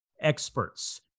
experts